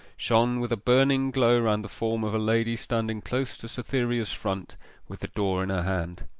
shone with a burning glow round the form of a lady standing close to cytherea's front with the door in her hand.